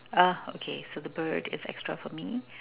ah okay so the bird is extra for me